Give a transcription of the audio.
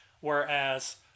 whereas